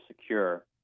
secure